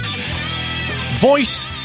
Voice